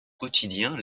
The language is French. quotidien